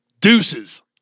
Deuces